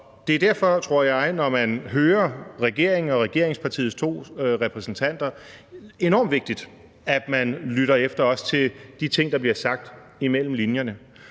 jeg, at det, når man hører regeringen og regeringspartiets to repræsentanter, er enormt vigtigt, at man også lytter efter de ting, der bliver sagt mellem linjerne.